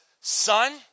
son